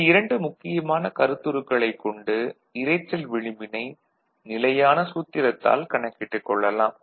இந்த இரண்டு முக்கியமான கருத்துருக்களைக் கொண்டு இரைச்சல் விளிம்பினை நிலையான சூத்திரத்தால் கணக்கிட்டுக் கொள்ளலாம்